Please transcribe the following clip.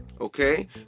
okay